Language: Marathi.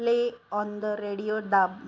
प्ले ऑन द रेडिओ दाब